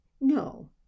no